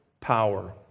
power